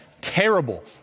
terrible